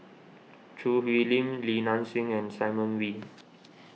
Choo Hwee Lim Li Nanxing and Simon Wee